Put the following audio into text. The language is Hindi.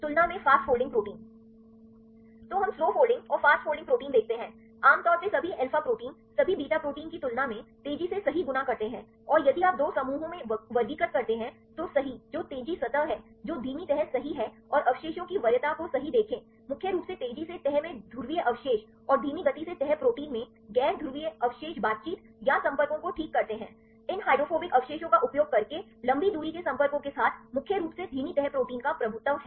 तुलना में फ़ास्ट फोल्डिंग प्रोटीन तो हम स्लो फोल्डिंग और फ़ास्ट फोल्डिंग प्रोटीन देखते हैं आमतौर पर सभी अल्फा प्रोटीन सभी बीटा प्रोटीन की तुलना में तेजी से सही गुना करते हैं और यदि आप 2 समूहों में वर्गीकृत करते हैं तो सही जो तेजी सेतह है जो धीमी तह सही है और अवशेषों की वरीयता को सही देखें मुख्य रूप से तेजी से तह में ध्रुवीय अवशेष और धीमी गति से तह प्रोटीन में गैर ध्रुवीय अवशेष बातचीत या संपर्कों को ठीक करते हैं इन हाइड्रोफोबिक अवशेषों का उपयोग करके लंबी दूरी के संपर्कों के साथ मुख्य रूप से धीमी तह प्रोटीन का प्रभुत्व है